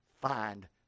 find